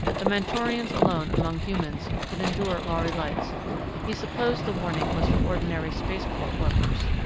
the mentorians alone, among humans, could endure lhari lights he supposed the warning was for ordinary spaceport workers.